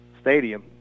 stadium